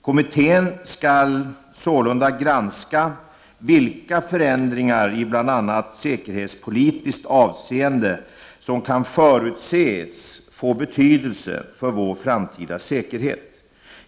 Kommittén skall sålunda granska vilka förändringar i bl.a. säkerhetspolitiskt avseende som kan förutses få betydelse för vår framtida säkerhet.